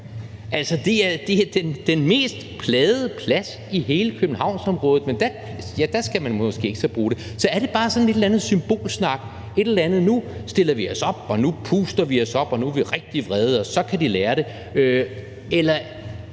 det så? Det er den mest plagede plads i hele Københavnsområdet, men der skal man måske så ikke bruge det. Så er det bare sådan en eller anden symbolsnak – nu stiller vi os op, og nu puster vi os op, og nu er vi rigtig vrede, og så kan de lære det – eller